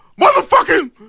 motherfucking